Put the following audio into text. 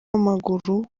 w’amaguru